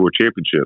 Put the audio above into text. Championship